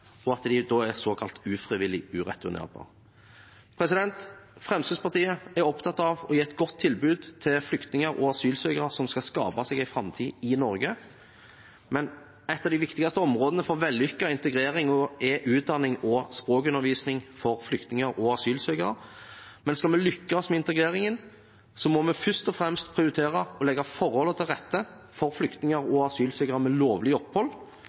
og at de da er såkalt ufrivillig ureturnerbare. Fremskrittspartiet er opptatt av å gi et godt tilbud til flyktninger og asylsøkere som skal skape seg en framtid i Norge, og et av de viktigste områdene for vellykket integrering er utdanning og språkundervisning for flyktninger og asylsøkere. Men skal vi lykkes med integreringen, må vi først og fremst prioritere å legge forholdene til rette for flyktninger og asylsøkere med lovlig opphold,